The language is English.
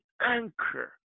anchor